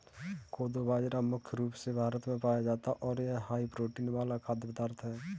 कोदो बाजरा मुख्य रूप से भारत में पाया जाता है और यह हाई प्रोटीन वाला खाद्य पदार्थ है